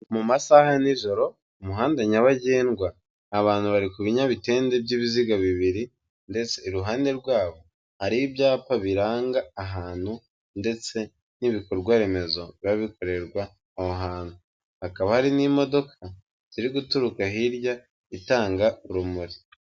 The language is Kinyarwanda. Mu masaha ya nijoro umuhanda nyabagendwa, abantu bari ku binyabitende by'ibiziga bibiri ndetse iruhande rwabo hari ibyapa biranga ahantu ndetse n'ibikorwa remezo biba bikorerwa aho hantu, hakaba hari n'imodoka ziri guturuka hirya itanga urumuri.